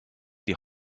die